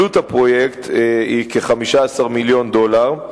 עלות הפרויקט היא כ-15 מיליון דולר.